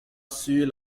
sur